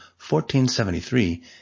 1473